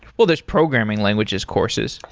well, there's programming languages courses.